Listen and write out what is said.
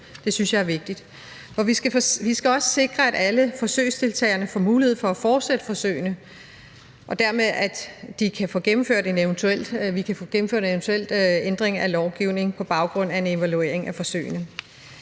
Det synes jeg er vigtigt. For vi skal også sikre, at alle forsøgsdeltagerne får mulighed for at fortsætte forsøgene, og at vi dermed kan få gennemført en eventuel ændring af lovgivningen på baggrund af en evaluering af forsøgene.